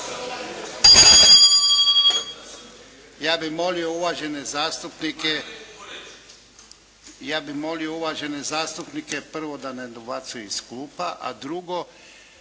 Ja bih molio uvažene zastupnike, ja bih molio uvažene zastupnike, prvo da ne dobacuju iz klupa a drugo